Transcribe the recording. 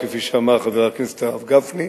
כפי שאמר חבר הכנסת הרב גפני.